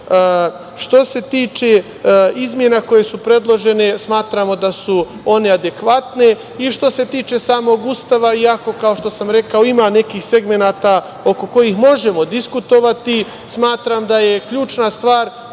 se tiče izmena koje su predložene, smatramo da su one adekvatne i što se tiče samog Ustava, iako, kao što sam rekao, ima nekih segmenata oko kojih možemo diskutovati. Smatram da je ključna stvar